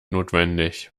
notwendig